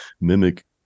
mimic